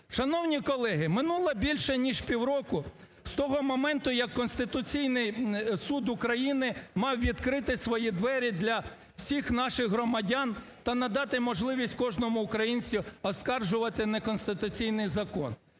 Шановні колеги, минуло більше ніж півроку з того моменту, як Конституційний Суд України мав відкрити свої двері для всіх наших громадян та надати можливість кожному українцю оскаржувати неконституційний закон.